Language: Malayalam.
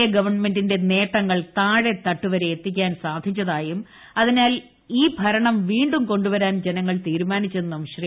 എ ഗവൺമെന്റിന്റെ നേട്ടങ്ങൾ താഴെത്തട്ടുവരെ എത്തിക്കാൻ സാധിച്ചതായും അതിനാൽ ഈ ഭരണം വീണ്ടും കൊണ്ടു വരാൻ ജനങ്ങൾ തീരുമാനിച്ചെന്നും ശ്രീ